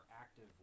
active